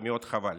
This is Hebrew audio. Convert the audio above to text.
ומאוד חבל.